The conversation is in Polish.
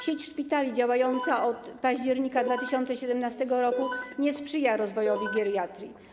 Sieć szpitali działająca od października 2017 r. nie sprzyja rozwojowi geriatrii.